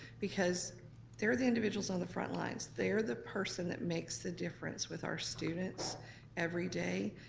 because they're the individuals on the front lines, they're the person that makes the difference with our students every day,